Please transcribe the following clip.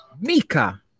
Mika